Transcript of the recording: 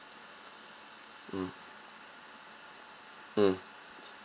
mm mm